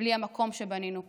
בלי המקום שבנינו פה.